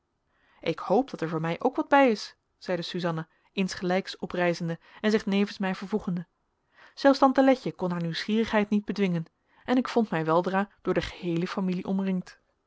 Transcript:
ik hoop dat er voor mij ook wat bij is zeide suzanna insgelijks oprijzende en zich nevens mij vervoegende zelfs tante letje kon haar nieuwsgierigheid niet bedwingen en ik vond mij weldra door de geheele familie omringd